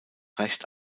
recht